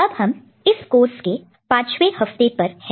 अब हम इस कोर्स के पांचवे हफ्ते पर हैं